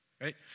right